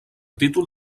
títol